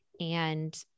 and-